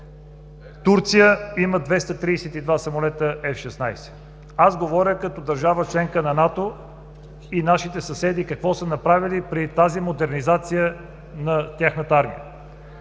Турция има 232 самолета F-16. Говоря като държава-членка на НАТО, и нашите съседи какво са направили при тази модернизация на тяхната армия.